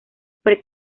pre